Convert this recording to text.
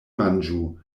manĝu